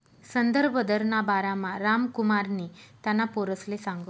संदर्भ दरना बारामा रामकुमारनी त्याना पोरसले सांगं